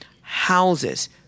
Houses